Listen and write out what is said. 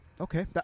Okay